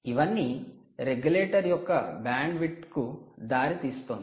ఇవన్నీ రెగ్యులేటర్ యొక్క బ్యాండ్విడ్త్కు దారితీస్తుంది